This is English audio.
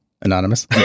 anonymous